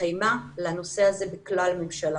בת-קיימא לנושא הזה בכלל הממשלה.